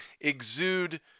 exude